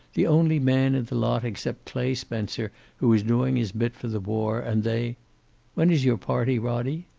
the only man in the lot except clay spencer who is doing his bit for the war, and they when is your party, roddie?